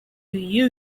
you